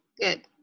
Good